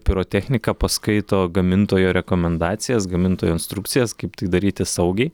pirotechniką paskaito gamintojo rekomendacijas gamintojo instrukcijas kaip tai daryti saugiai